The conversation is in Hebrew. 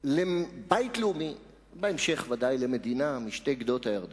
לבית לאומי, בהמשך ודאי למדינה בשתי גדות הירדן,